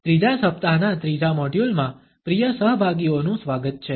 ત્રીજા સપ્તાહના ત્રીજા મોડ્યુલ માં પ્રિય સહભાગીઓનું સ્વાગત છે